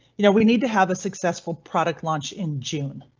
you know, we need to have a successful product launch in june.